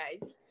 guys